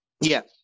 Yes